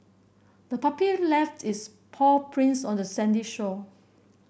the puppy left its paw prints on the sandy shore